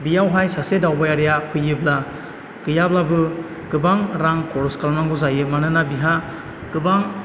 बेयावहाय सासे दावबायारिया फैयोब्ला गैयाब्लाबो गोबां रां खर'स खालामनांगौ जायो मानोना बिहा गोबां